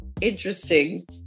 interesting